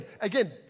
again